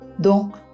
Donc